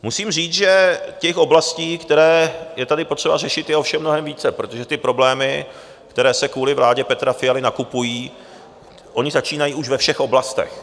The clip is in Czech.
Musím říci, že oblastí, které je tady potřeba řešit, je ovšem mnohem více, protože problémy, které se kvůli vládě Petra Fialy nakupují, začínají už ve všech oblastech.